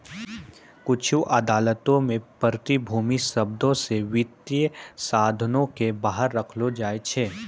कुछु अदालतो मे प्रतिभूति शब्दो से वित्तीय साधनो के बाहर रखलो जाय छै